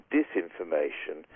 disinformation